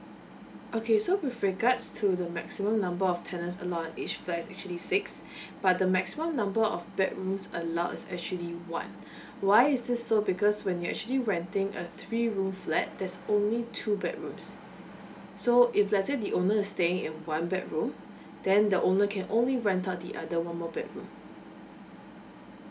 okay so with regards to the maximum number of tenant allowed each flat actually six but the maximum number of bedrooms allowed is actually one why is this so because when you actually renting a three room flat there's only two bedrooms so if let's say the owner is staying in one bedroom then the owner can only rent out the other one more bedroom